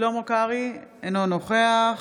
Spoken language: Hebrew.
שלמה קרעי, אינו נוכח